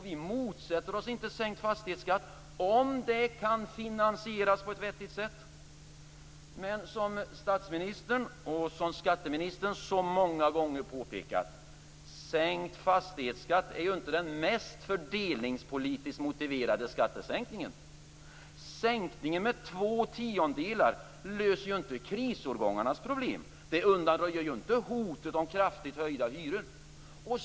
Vi motsätter oss inte sänkt fastighetsskatt om sänkningen kan finansieras på ett vettigt sätt. Men som statsministern och skatteministern så många gånger har påpekat är inte sänkt fastighetsskatt den fördelningspolitiskt mest motiverade skattesänkningen. Sänkningen med två tiondelar löser ju inte krisårgångarnas problem och undanröjer inte hotet om kraftigt höjda hyror.